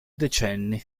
decenni